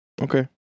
Okay